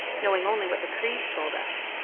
knowing only what the crees told us.